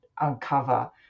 uncover